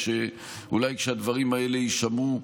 ושאולי כשהדברים האלה יישמעו,